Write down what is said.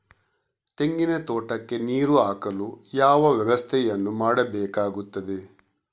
ತೆಂಗಿನ ತೋಟಕ್ಕೆ ನೀರು ಹಾಕಲು ಯಾವ ವ್ಯವಸ್ಥೆಯನ್ನು ಮಾಡಬೇಕಾಗ್ತದೆ?